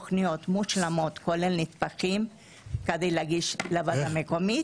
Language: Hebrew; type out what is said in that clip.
עכשיו אנחנו עם תוכניות מושלמות כולל נספחים כדי להגיש לוועדה המקומית.